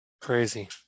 crazy